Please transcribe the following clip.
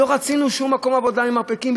לא רצינו שום מקום עבודה עם מרפקים,